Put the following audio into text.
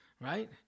Right